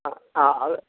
ആ അത്